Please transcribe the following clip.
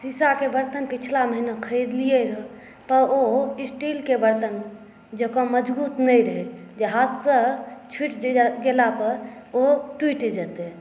शीशाके बरतन पछिला महिना खरीदलियै रहए तऽ ओ स्टीलके बरतन जकाँ मजबूत नहि रहै हाथसँ छुटि गेलापर ओ टुटि जेतै